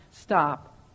stop